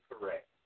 correct